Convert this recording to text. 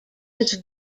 was